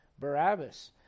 Barabbas